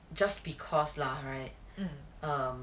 just because lah right um